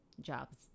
Jobs